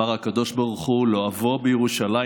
אמר הקדוש ברוך הוא: לא אבוא בירושלים